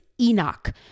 Enoch